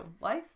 life